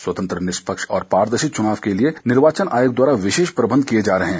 स्वतंत्र निष्पक्ष और पारदर्शी चुनाव के लिए निर्वाचन आयोग द्वारा विशेष प्रबंध किए जा रहे हैं